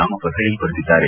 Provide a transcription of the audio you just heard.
ನಾಮಪತ್ರ ಹಿಂಪಡೆದಿದ್ದಾರೆ